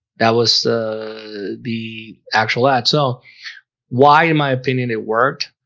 that was the actual ad so why in my opinion it worked?